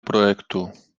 projektu